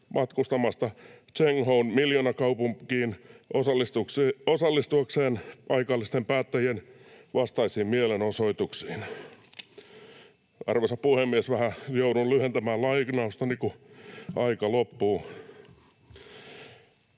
matkustamasta Zhengzhoun miljoonakaupunkiin osallistuakseen paikallisten päättäjien vastaisiin mielenosoituksiin.” Arvoisa puhemies! Vähän jouduin lyhentämään lainaustani, kun aika loppuu.